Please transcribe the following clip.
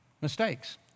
mistakes